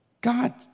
God